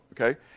Okay